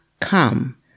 come